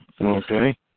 Okay